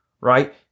right